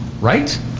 right